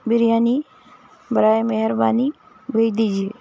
بریانی برائے مہربانی بھیج دیجیے